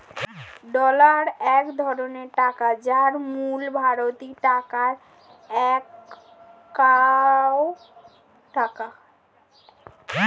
dollar এক ধরনের টাকা যার মূল্য ভারতীয় টাকায় একাত্তর টাকা